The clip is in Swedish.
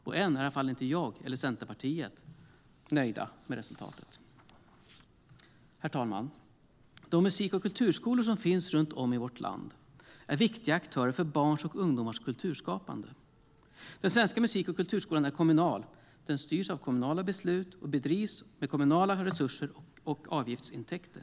Än är i alla fall inte jag och Centerpartiet nöjda. Den svenska musik och kulturskolan är kommunal. Den styrs av kommunala beslut och bedrivs med kommunala resurser och avgiftsintäkter.